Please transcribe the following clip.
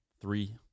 Three